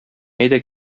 әйдә